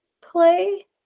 play